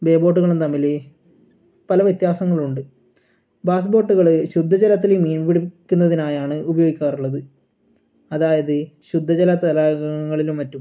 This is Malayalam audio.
ബേ ബോട്ടുകളും തമ്മിൽ പല വ്യത്യാസങ്ങളുണ്ട് ബാസ് ബോട്ടുകൾ ശുദ്ധജലത്തിൽ മീൻ പിടിക്കുന്നതിനായാണ് ഉപയോഗിക്കാറുള്ളത് അതായത് ശുദ്ധജല തടാകങ്ങളിലും മറ്റും